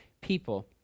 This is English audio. people